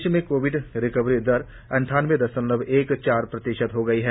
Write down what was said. प्रदेश में covid recovery दर अट्टानबे दशमलव एक चार प्रतिशत हो गई है